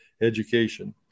education